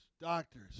doctors